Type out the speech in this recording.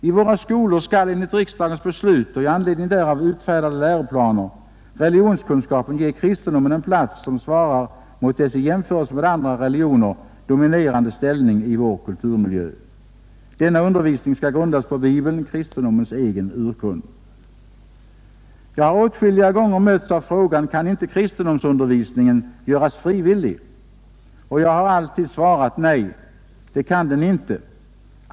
I våra skolor skall enligt riksdagens beslut och i anledning därav utfärdade läroplaner religionskunskapen ge kristendomen en plats som svarar mot dess i jämförelse med andra religioner dominerande ställning i vår kulturmiljö. Denna undervisning skall grundas på Bibeln, kristendomens egen urkund. Jag har åtskilliga gånger mötts av frågan: Kan inte kristendomsundervisningen göras frivillig? Jag har alltid svarat: Nej, det kan den inte!